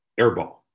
airball